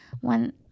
one